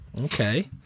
Okay